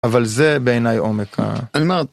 אבל זה בעיניי עומק...